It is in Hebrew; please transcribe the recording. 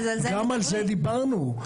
גם על זה דיברנו,